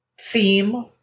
theme